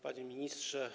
Panie Ministrze!